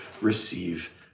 receive